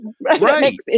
Right